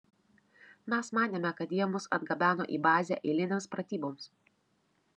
mes manėme kad jie mus atgabeno į bazę eilinėms pratyboms